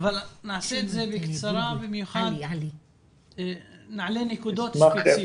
אבל נעשה את זה בקצרה ונעלה נקודות ספציפיות.